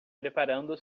preparando